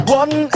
one